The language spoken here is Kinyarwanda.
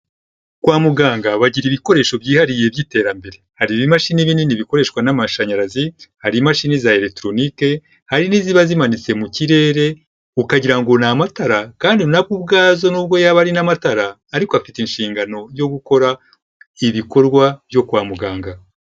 Kwa muganga bagira ibikoresho byihariye by'iterambere, hari ibimashini binini bikoreshwa n'amashanyarazi hari imashini za electronic, hari n'iziba zimanitse mu kirere ukagirango ni amatara kandi nabwo ubwazo nubwo yaba ari n'amatara ariko afite inshingano yo gukora ibikorwa byo kwa muganga.